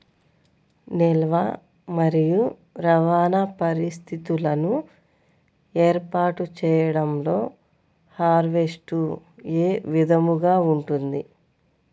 నిల్వ మరియు రవాణా పరిస్థితులను ఏర్పాటు చేయడంలో హార్వెస్ట్ ఏ విధముగా ఉంటుంది?